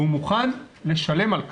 והוא מוכן לשלם על כך,